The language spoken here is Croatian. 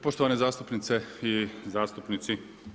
Poštovane zastupnice i zastupnici.